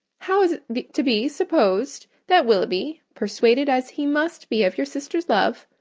how is it to be supposed that willoughby, persuaded as he must be of your sister's love,